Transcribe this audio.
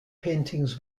paintings